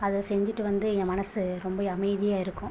அதை செஞ்சுட்டு வந்து என் மனசு ரொம்பவும் அமைதியாக இருக்கும்